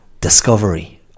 discovery